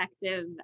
effective